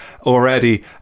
already